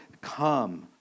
come